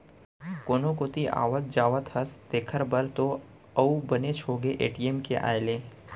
कोनो कोती आवत जात हस तेकर बर तो अउ बनेच होगे ए.टी.एम के आए ले